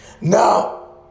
Now